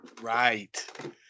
Right